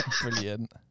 Brilliant